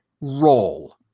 roll